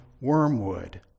Wormwood